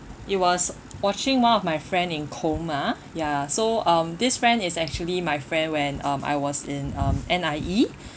it was watching one of my friend in coma ya so um this friend is actually my friend when um I was in um N_I_E